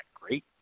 great